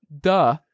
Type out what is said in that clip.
duh